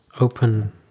open